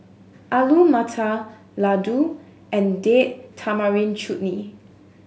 Alu Matar Ladoo and Date Tamarind Chutney